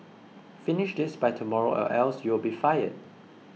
finish this by tomorrow or else you'll be fired